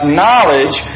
knowledge